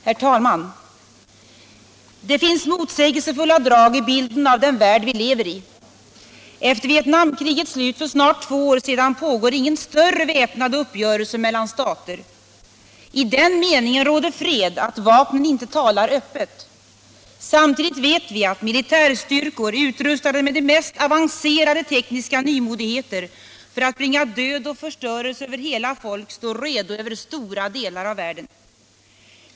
Herr talman! Det finns motsägelsefulla drag i bilden av den värld vi lever i. Efter Vietnamkrigets slut för snart två år sedan pågår ingen större väpnad uppgörelse mellan stater. I den meningen råder fred att vapnen inte talar öppet. Samtidigt vet vi att militärstyrkor utrustade med de mest avancerade tekniska nymodigheter för att bringa död och förstörelse över hela folk står redo över stora delar av världen.